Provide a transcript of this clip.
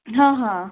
ହଁ ହଁ